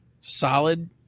solid